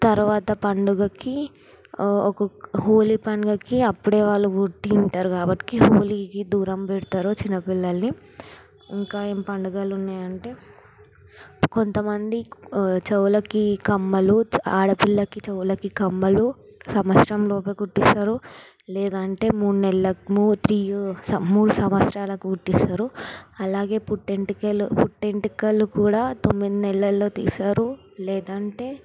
తరువాత పండగకి ఒక హోలీ పండగకి అప్పుడే వాళ్ళు పుట్టి ఉంటారు కాబట్టి హోలీకి దూరంగా పెడతారు చిన్న పిల్లలని ఇంకా ఏం పండగలు ఉన్నాయి అంటే కొంత మంది చెవులకి కమ్మలు ఆడపిల్లకి చెవులకి కమ్మలు సంవత్సరంలోకి కొట్టేసారు లేదంటే మూడు నెలలకు మూతియు మూడు సంవత్సరాలకు కుట్టిస్తారు అలాగే పుట్టి వెంట్రుకలు పుట్టి వెంట్రుకలు కూడా తొమ్మిది నెలలలో తీసారు లేదంటే